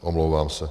Omlouvám se.